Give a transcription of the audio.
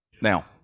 Now